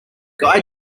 guy